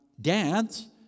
dance